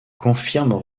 confirment